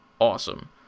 awesome